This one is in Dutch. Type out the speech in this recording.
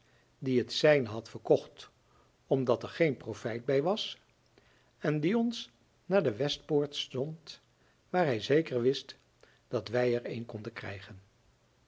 die het zijne had verkocht om dat er geen profijt bij was en die ons naar de westpoort zond waar hij zeker wist dat wij er een konden krijgen